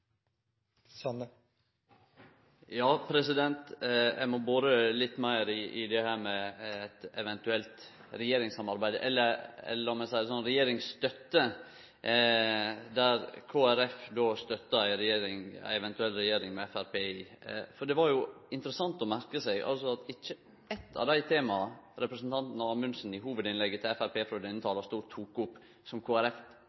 Eg må bore litt meir i det med eit eventuelt regjeringssamarbeid – eller lat meg seie det slik: regjeringsstøtte – at Kristeleg Folkeparti støttar ei eventuell regjering der Framstegspartiet er med. Det var interessant å merke seg at det var ikkje eitt av dei tema representanten Amundsen tok opp i hovudinnlegget til Framstegspartiet frå denne